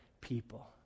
people